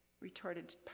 retorted